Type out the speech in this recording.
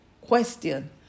Question